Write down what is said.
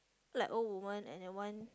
like old women and then one